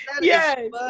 Yes